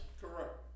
Correct